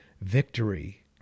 victory